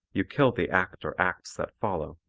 you kill the act or acts that follow.